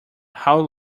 how